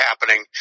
happening